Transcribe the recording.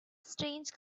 strange